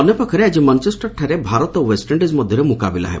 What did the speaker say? ଅନ୍ୟପକ୍ଷରେ ଆକି ମଞ୍ଚେଷ୍ଟରଠାରେ ଭାରତ ୱେଷ୍ଟଇଣ୍ଡିଜ୍ ମଧ୍ୟରେ ମୁକାବିଲା ହେବ